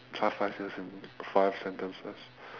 past five years in five sentences